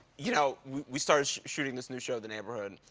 you know, we started shooting this new show the neighborhood,